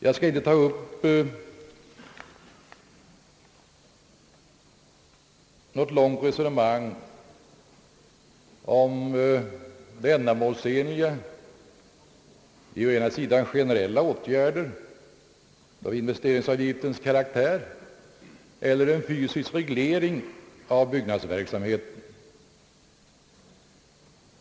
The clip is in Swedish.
Jag skall inte ta upp något långt resonemang om det ändamålsenliga i å ena sidan generella åtgärder av investeringsavgiftens karaktär och å andra sidan en fysisk reglering av byggnadsverksamheten.